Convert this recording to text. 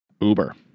Uber